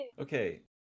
Okay